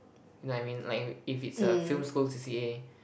you know what I mean like if it's a film school C_C_A